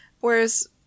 whereas